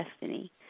destiny